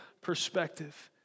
perspective